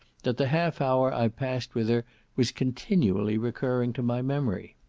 that the half hour i passed with her was continually recurring to my memory.